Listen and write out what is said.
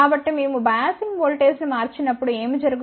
కాబట్టి మేము బయాసింగ్ ఓల్టేజ్ను మార్చి నప్పుడు ఏమి జరుగుతుంది